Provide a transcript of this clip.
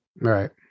Right